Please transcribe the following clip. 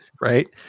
right